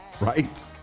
right